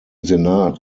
senat